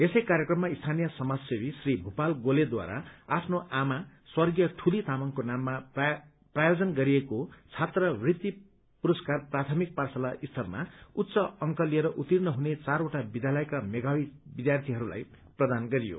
यसै कार्यक्रममा स्थानलय समाजसेवी श्री भूपाल गोलेद्वारा आफ्नो आमा स्वर्गीय दूली तामाङको नाममा प्रायोजन गरिएको छात्रवृत्ति पुरस्कार प्राथमिक पाठशाला स्तरमा उच्च अंक लिएर उत्तीर्ण हुने चारवटा विद्यालयका मेधावी विद्यार्थीहरूलाई प्रदान गरियो